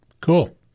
Cool